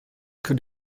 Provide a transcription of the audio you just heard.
could